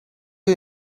you